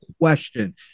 question